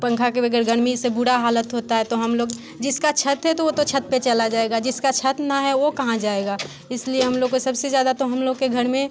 पंखा के वगैर गर्मी से बुरा हालत होता है तो हम लोग जिसका छत है तो वो तो छत पे चला जाएगा जिसका छत ना है वो कहाँ जाएगा इसलिए हम लोग को सबसे ज़्यादा तो हम लोग के घर में